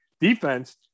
defense